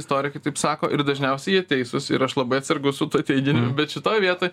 istorikai taip sako ir dažniausiai jie teisūs ir aš labai atsargus su tuo teiginiu bet šitoj vietoj